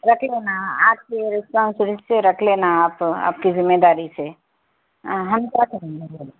رکھ لینا آپ کی ریسپانسلیٹ ہے رکھ لینا آپ آپ کی ذمہ داری سے ہم کیا کریں گے بولے